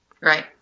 Right